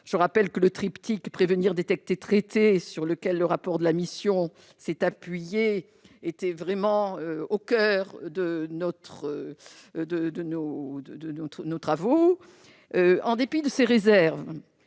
je rappelle que le triptyque : prévenir, détecter traité sur lequel le rapport de la mission s'est appuyé était vraiment au coeur de notre de nos, de nos travaux, en dépit de ses réserves,